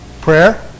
Prayer